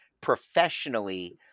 professionally –